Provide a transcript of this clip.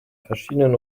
verschiedenen